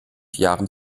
jahren